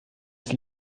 ist